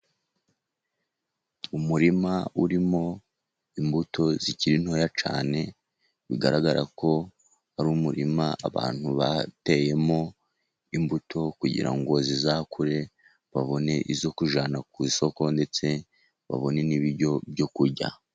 Umurima urimo imbuto zikiri ntoya cyane, bigaragara ko ari umurima abantu bateyemo imbuto, kugira ngo zizakure babone izo kujyana ku isoko, ndetse babone n'ibiryo byo kurya.